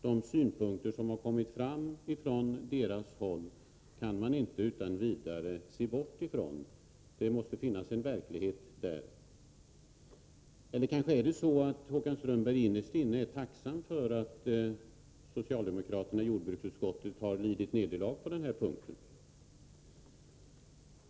De synpunkter som har kommit fram från det hållet kan man inte utan vidare bortse från. Det måste ligga en verklighet bakom. Är det kanske så att Håkan Strömberg innerst inne är tacksam för att socialdemokraterna i jordbruksutskottet har lidit nederlag på den här punkten?